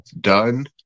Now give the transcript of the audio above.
done